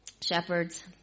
shepherds